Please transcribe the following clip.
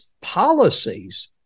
policies